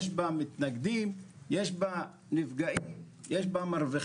יש בה מתנגדים, יש בה נפגעים, יש בה מרוויחים,